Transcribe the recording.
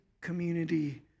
community